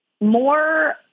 more